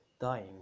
dying